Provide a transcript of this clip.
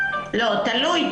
תלוי.